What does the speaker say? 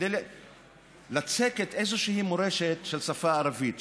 כדי לצקת איזושהי מורשת של שפה ערבית,